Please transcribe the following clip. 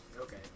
Okay